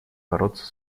бороться